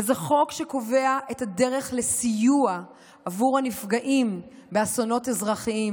וזה חוק שקובע את הדרך לסיוע לנפגעים באסונות אזרחיים,